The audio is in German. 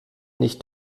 nicht